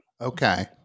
Okay